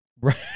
Right